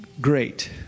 Great